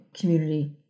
community